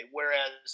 Whereas